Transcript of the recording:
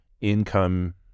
income